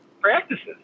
practices